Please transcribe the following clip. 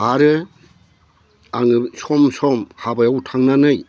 आरो आङो सम सम हाबायाव थांनानै